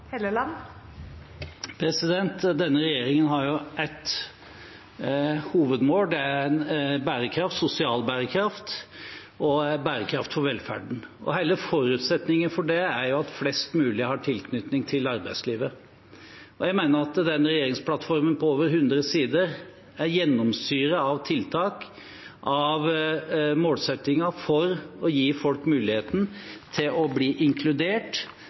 Helleland tenkt å gjera for at lønsutviklinga skal vera meir rettferdig framover? Denne regjeringen har ett hovedmål: bærekraft. Det er sosial bærekraft og bærekraft for velferden, og hele forutsetningen for det er at flest mulig har tilknytning til arbeidslivet. Jeg mener at denne regjeringsplattformen på over hundre sider er gjennomsyret av tiltak, av målsettinger, for å gi folk muligheten til å bli inkludert,